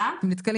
כן.